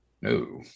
No